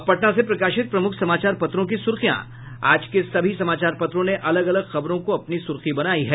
अब पटना से प्रकाशित प्रमुख समाचार पत्रों की सुर्खियां आज के सभी समाचार पत्रों ने अलग अलग खबरों को अपनी सुर्खी बनायी है